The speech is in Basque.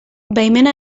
baimena